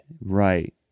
Right